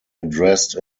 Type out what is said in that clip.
addressed